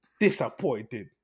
disappointed